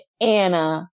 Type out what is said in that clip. Anna